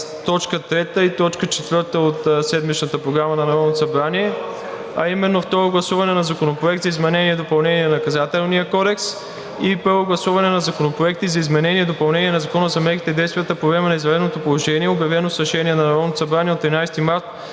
т. 3 и т. 4 от Седмичната програма на Народното събрание – второ гласуване на Законопроект за изменение и допълнение на Наказателния кодекс и първо гласуване на Законопроекти за изменение и допълнение на Закона за мерките и действията по време на извънредното положение, обявено с решение на Народното събрание от 13 март